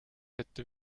hätte